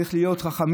צריך להיות חכמים.